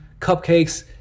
cupcakes